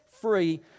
free